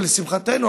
ולשמחתנו,